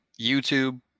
YouTube